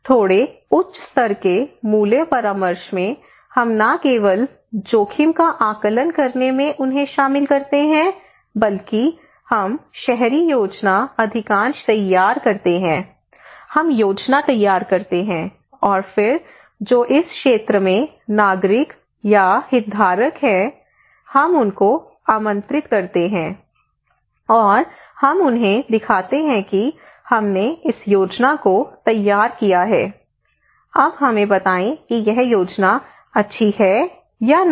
थोड़े उच्च स्तर के मूल्य परामर्श में हम न केवल जोखिम का आकलन करने में उन्हें शामिल करते हैं बल्कि हम शहरी योजना अधिकांश तैयार करते हैं हम योजना तैयार करते हैं और फिर जो इस क्षेत्र में नागरिक या हितधारक हैं हम उनको आमंत्रित करते हैं और हम उन्हें दिखाते हैं कि हमने इस योजना को तैयार किया है अब हमें बताएं कि यह योजना अच्छी है या नहीं